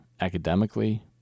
academically